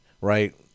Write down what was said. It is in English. right